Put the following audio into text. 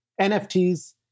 NFTs